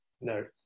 No